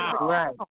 right